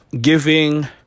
Giving